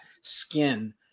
skin